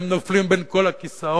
והם נופלים בין כל הכיסאות.